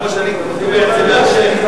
כמו שאני תובע את זה מהשיח'.